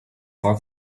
for